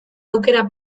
aukera